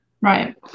right